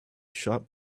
shop